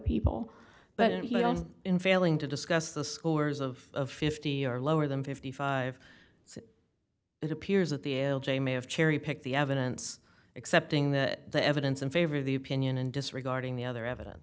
people but in failing to discuss the scores of fifty or lower than fifty five it appears that the l j may have cherry picked the evidence excepting that the evidence in favor of the opinion and disregarding the other evidence